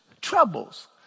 troubles